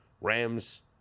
Rams